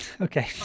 Okay